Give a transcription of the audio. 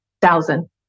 thousand